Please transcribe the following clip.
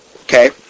Okay